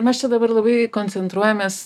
mes čia dabar labai koncentruojamės